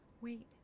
Wait